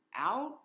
out